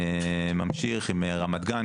ממשיך עם רמת גן,